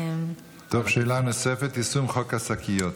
שאילתה נוספת: יישום חוק השקיות.